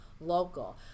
local